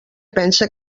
pense